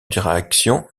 direction